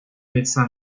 médecin